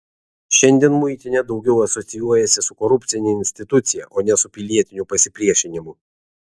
šiandien muitinė daugiau asocijuojasi su korupcine institucija o ne su pilietiniu pasipriešinimu